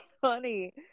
funny